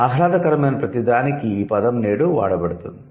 ఆహ్లాదకరమైన ప్రతిదానికీ ఈ పదం నేడు వాడబడుతుంది